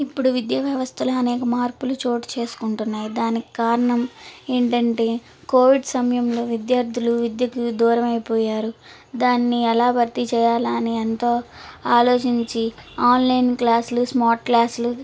ఇప్పుడు విద్యా వ్యవస్థలో అనేక మార్పులు చోటు చేసుకుంటున్నాయి దానికి కారణం ఏందంటే కోవిడ్ సమయంలో విద్యార్థులు విద్యకు దూరవైపోయారు దాన్ని ఎలా భర్తీ చేయాలని ఎంతో ఆలోచించి ఆన్లైన్ క్లాసులు స్మార్ట్ క్లాసులు